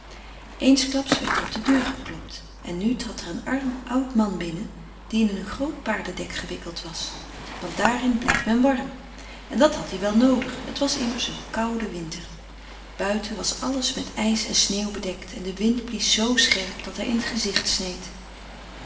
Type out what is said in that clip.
eensklaps werd er op de deur geklopt en nu trad er een arm oud man binnen die in een groot paardedek gewikkeld was want daarin blijft men warm en dat had hij wel noodig het was immers een koude winter buiten was alles met ijs en sneeuw bedekt en de wind blies zoo scherp dat hij in het gezicht sneed